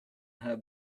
her